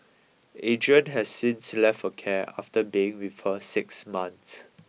Adrian has since left her care after being with her six months